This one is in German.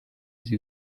sie